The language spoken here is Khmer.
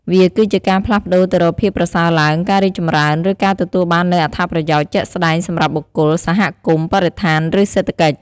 វាគឺជាការផ្លាស់ប្តូរទៅរកភាពប្រសើរឡើង ការរីកចម្រើន ឬការទទួលបាននូវអត្ថប្រយោជន៍ជាក់ស្តែងសម្រាប់បុគ្គល សហគមន៍ បរិស្ថាន ឬសេដ្ឋកិច្ច។